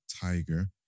Tiger